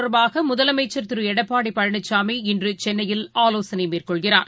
தொடர்பாகமுதலமைச்சர் திருஎப்பாடிபழனிசாமி இன்றுசென்னையில் ஆலோசனைமேற்கொள்கிறார்